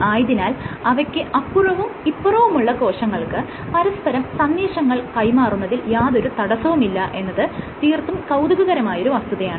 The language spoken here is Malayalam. ആയതിനാൽ അവയ്ക്ക് അപ്പുറവും ഇപ്പുറവുമുള്ള കോശങ്ങൾക്ക് പരസ്പരം സന്ദേശങ്ങൾ കൈമാറുന്നതിൽ യാതൊരു തടസ്സവുമില്ല എന്നത് തീർത്തും കൌതുകകരമായ ഒരു വസ്തുതയാണ്